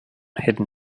hidden